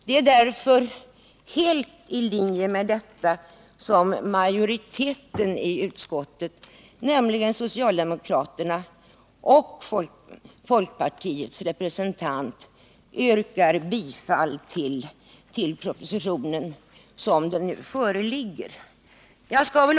Det är därför helt i linje med detta som majoriteten i utskottet — nämligen socialdemokraternas och folkpartiets representanter — yrkar bifall till propositionen som den föreligger.